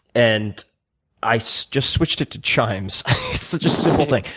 and i so just switched it to chimes. it's such a simple thing.